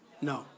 No